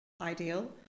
ideal